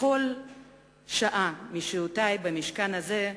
בכל שעה משעותי במשכן הזה,